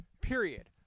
period